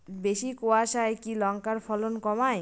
বেশি কোয়াশায় কি লঙ্কার ফলন কমায়?